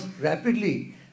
rapidly